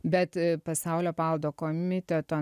bet pasaulio paveldo komiteto